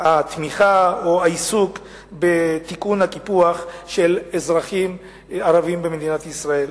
התמיכה או לעיסוק בתיקון הקיפוח של אזרחים ערבים במדינת ישראל.